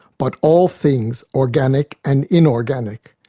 but all things, organic and inorganic.